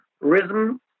rhythm